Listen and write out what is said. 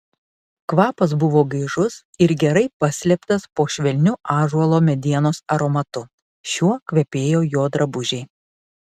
kvapas buvo gaižus ir gerai paslėptas po švelniu ąžuolo medienos aromatu šiuo kvepėjo jo drabužiai